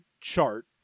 chart